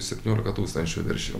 septyniolika tūkstančių virš jau